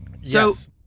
Yes